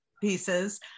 pieces